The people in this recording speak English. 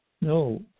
No